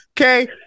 Okay